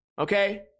Okay